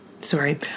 Sorry